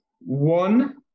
one